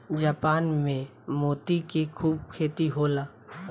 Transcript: Japan में मोती के खूब खेती होला